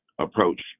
approach